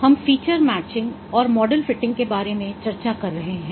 हम feature matching और model fitting के बारे में चर्चा कर रहे हैं